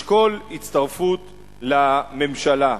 לשקול הצטרפות לממשלה,